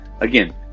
Again